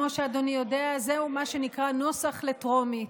השר זאב אלקין יענה על שאילתה דחופה